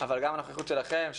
אבל גם הנוכחות שלכם פה,